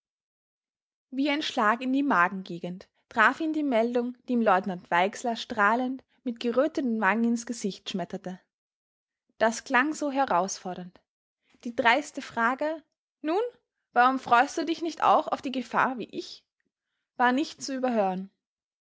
wie ein schlag in die magengegend traf ihn die meldung die ihm leutnant weixler strahlend mit geröteten wangen ins gesicht schmetterte das klang so herausfordernd die dreiste frage nun warum freust du dich nicht auch auf die gefahr wie ich war nicht zu überhören